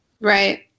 Right